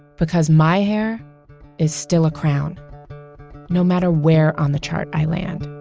because my hair is still a crown no matter where on the chart i land